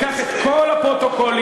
קח את כל הפרוטוקולים,